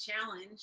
challenge